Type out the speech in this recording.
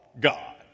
God